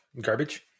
garbage